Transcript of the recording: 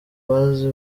bazi